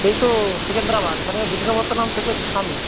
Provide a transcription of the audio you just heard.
এই তো সেকেন্দ্রাবাদ মানে বিশাখাপত্তনম থেকে একটু সামনে